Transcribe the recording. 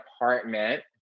apartment